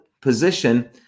position